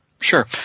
Sure